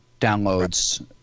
downloads